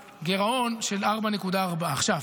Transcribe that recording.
בגירעון של 4.4%. איך 4.4%?